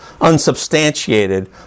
unsubstantiated